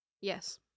Yes